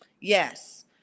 yes